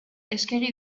eskegi